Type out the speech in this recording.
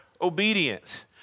obedience